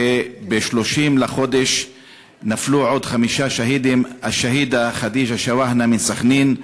וב-30 לחודש נפלו עוד חמישה שהידים: השהיד ח'דיג'ה שואהנה מסח'נין,